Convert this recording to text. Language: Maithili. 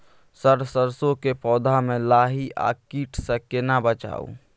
सर सरसो के पौधा में लाही आ कीट स केना बचाऊ?